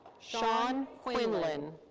shawn quinlan.